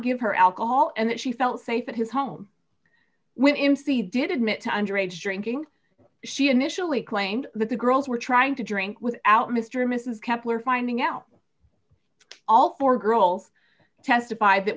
give her alcohol and she felt safe at his home when c did admit to under age drinking she initially claimed that the girls were trying to drink without mr mrs kepler finding out all four girls testified that